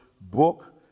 book